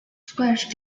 squashed